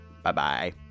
Bye-bye